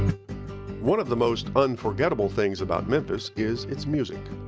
one of the most unforgettable things about memphis is its music.